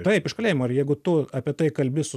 taip iš kalėjimo ir jeigu tu apie tai kalbi su